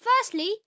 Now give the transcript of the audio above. firstly